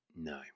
no